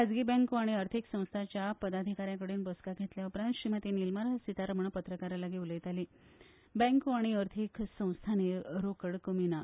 खाजगी बँको आनी अर्थिक संस्थांच्या पदाधीका ्यांकडेन बसका घेतल्या उपरांत श्रीमती निर्मला सितारामन पत्रकारांकडेन उलयताली बँको आनी अर्थिक संस्थांनी रोकड कमी ना